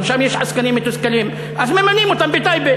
גם שם יש עסקנים מתוסכלים, אז ממנים אותם בטייבה.